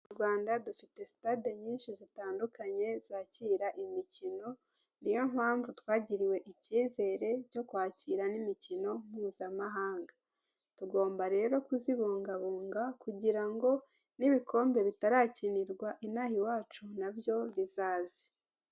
Mu Rwanda dufite sitade nyinshi zitandukanye zakira imikino niyo mpamvu twagiriwe icyizere cyo kwakira n'imikino mpuzamahanga, tugomba rero kuzibungabunga kugira ngo n'ibikombe bitarakinirwa inaha iwacu nabyo bizaza.